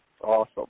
Awesome